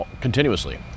continuously